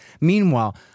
Meanwhile